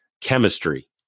chemistry